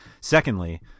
Secondly